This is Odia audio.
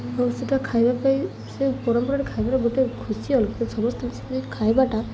ଆଉ ସେଟା ଖାଇବା ପାଇଁ ସେ ପରମ୍ପରାରେ ଖାଇବାଟା ଗୋଟେ ଖୁସି ସମସ୍ତେ ଖାଇବାଟା